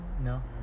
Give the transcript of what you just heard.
No